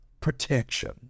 protection